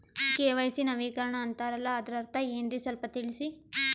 KYC ನವೀಕರಣ ಅಂತಾರಲ್ಲ ಅದರ ಅರ್ಥ ಏನ್ರಿ ಸ್ವಲ್ಪ ತಿಳಸಿ?